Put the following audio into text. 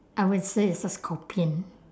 I would say it's a scorpion